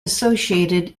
associated